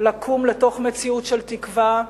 לקום לתוך מציאות של תקווה,